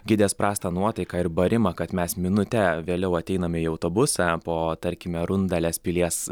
gidės prastą nuotaiką ir barimą kad mes minute vėliau ateiname į autobusą po tarkime rundalės pilies